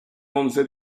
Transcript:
once